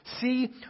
See